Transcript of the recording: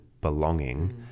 belonging